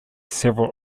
several